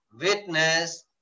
witness